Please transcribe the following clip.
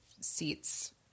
seats